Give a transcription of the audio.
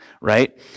right